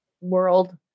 world